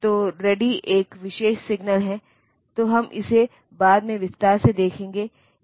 तो वे आमतौर पर बाइनरी फॉर्मेट के बजाय एक हेक्साडेसिमल फॉर्मेट में दर्ज किए जाते हैं